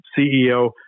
CEO